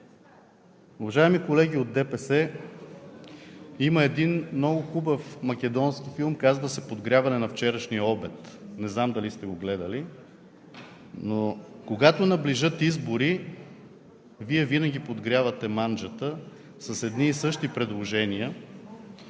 Уважаеми колеги от ДПС, има един много хубав македонски филм, казва се „Подгряване на вчерашния обяд“. Не знам, дали сте го гледали, но когато наближат избори, Вие винаги подгрявате манджата с едни и същи предложения